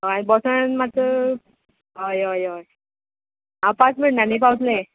हय आनी बसोन मात्सो हय हय हय हांव पांच मिण्टानी पावतलें